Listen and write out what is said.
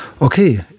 Okay